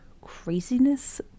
craziness